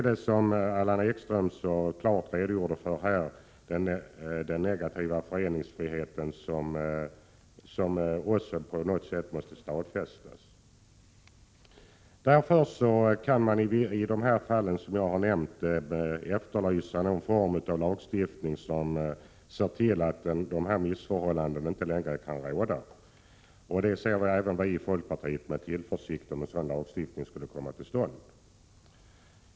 Den negativa föreningsfriheten måste också på något sätt stadfästas, som Allan Ekström så klart redogjorde för. För de fall som jag har nämnt kan man därför efterlysa någon form av lagstiftning, så att dessa missförhållanden inte längre kan råda. Även vi i folkpartiet ser med tillförsikt fram mot att en sådan lagstiftning kommer till stånd.